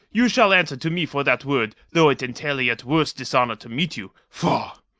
you shall answer to me for that word, though it entail a yet worse dishonour to meet you. faugh!